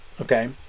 Okay